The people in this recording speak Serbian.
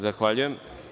Zahvaljujem.